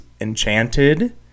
Enchanted